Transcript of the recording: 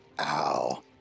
Ow